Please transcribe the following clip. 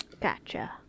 Gotcha